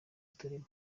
turimo